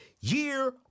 year